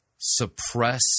suppress